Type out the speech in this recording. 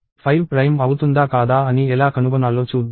5 prime అవుతుందా కాదా అని ఎలా కనుగొనాలో చూద్దాం